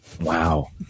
Wow